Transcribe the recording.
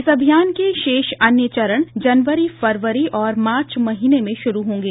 इस अभियान के शेष अन्य चरण जनवरी फरवरी और मार्च महीने में शुरू होंगे